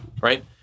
Right